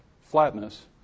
flatness